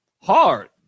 Hard